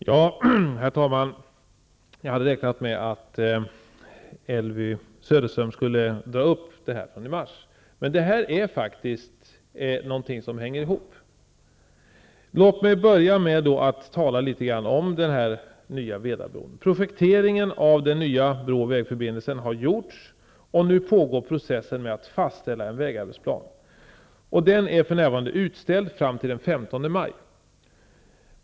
Herr talman! Jag hade räknat med att Elvy Söderström skulle dra upp debatten från i mars. Det hela hänger faktiskt ihop. Låt mig börja med att tala litet grand om den nya Vedabron. Projekteringen av den nya bro och vägförbindelsen har genomförts. Nu pågår processen med att fastställa en vägarbetsplan. Den är för närvarande utställd till den 15 maj.